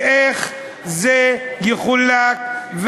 ואיך זה יחולק?